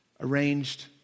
arranged